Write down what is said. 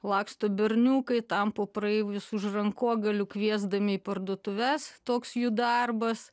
laksto berniukai tampo praeivius už rankogalių kviesdami į parduotuves toks jų darbas